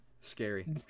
Scary